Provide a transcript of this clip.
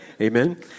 Amen